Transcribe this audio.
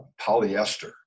polyester